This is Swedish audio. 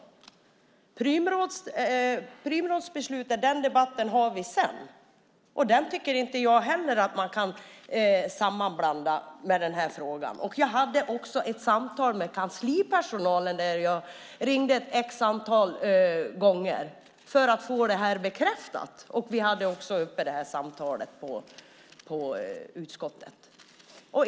Debatten om Prümrådsbeslutet ska vi ha sedan, och jag tycker inte heller att man kan sammanblanda den med den här frågan. Jag hade också samtal med kanslipersonalen efter att ha ringt x gånger för att få det här bekräftat, och vi hade också samtalet uppe i utskottet.